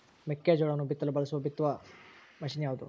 ಮೆಕ್ಕೆಜೋಳವನ್ನು ಬಿತ್ತಲು ಬಳಸುವ ಉತ್ತಮ ಬಿತ್ತುವ ಮಷೇನ್ ಯಾವುದು?